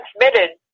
transmitted